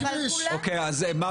או זה חשוב.